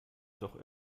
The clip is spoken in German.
doch